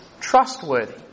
trustworthy